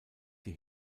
die